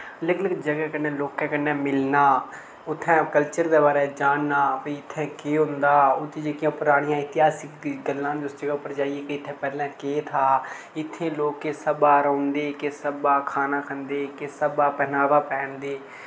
लग्ग लग्ग जगह कन्नै लोकें कन्नै मिलना उत्थै कल्चर दे बारे जानना भाई इत्थै केह् होंदा उत्थै जेह्कियां परानी एतिहासिक गल्लां न उस जगह उप्पर जाइयै कि इत्थै पैह्लें केह् था इत्थै लोक किस स्हाबा रौंह्नदे किस स्हाबा खाना खंदे किस स्हाबा पैहनावा पैहन दे